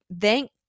thank